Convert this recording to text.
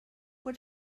what